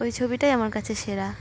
ওই ছবিটাই আমার কাছে সেরা